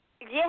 Yes